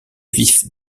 vif